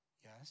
Yes